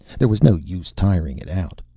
there was no use tiring it out.